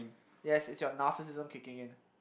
yes it's your narcissism kicking in